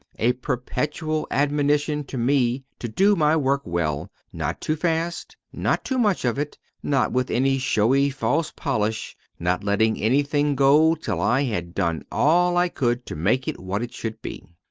a perpetual admonition to me to do my work well not too fast not too much of it not with any showy false polish not letting anything go till i had done all i could to make it what it should be.